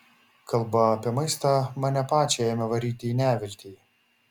kalba apie maistą mane pačią ėmė varyti į neviltį